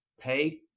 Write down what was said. pay